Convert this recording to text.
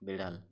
বেড়াল